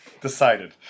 Decided